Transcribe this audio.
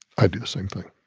i'd do the same thing.